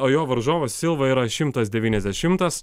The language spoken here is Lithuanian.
o jo varžovas silva yra šimtas devyniasdešimtas